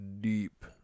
deep